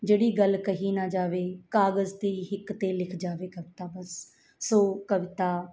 ਜਿਹੜੀ ਗੱਲ ਕਹੀ ਨਾ ਜਾਵੇ ਕਾਗਜ਼ ਦੀ ਹਿੱਕ 'ਤੇ ਲਿਖ ਜਾਵੇ ਕਵਿਤਾ ਬਸ ਸੋ ਕਵਿਤਾ